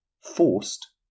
Forced